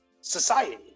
society